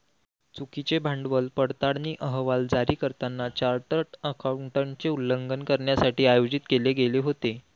चुकीचे भांडवल पडताळणी अहवाल जारी करताना चार्टर्ड अकाउंटंटचे उल्लंघन करण्यासाठी आयोजित केले गेले होते